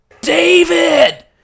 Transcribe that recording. David